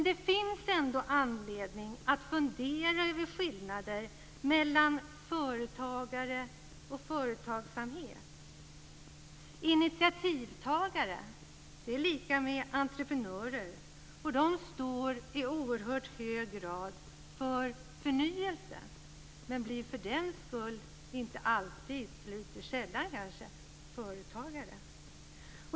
Det finns ändå anledning att fundera över skillnader mellan företagare och företagsamhet. Initiativtagare är detsamma som entreprenörer, och de står i hög grad för förnyelse, men de blir sällan företagare.